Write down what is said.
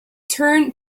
turned